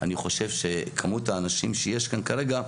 אני חושב שכמות האנשים שיש כאן כרגע,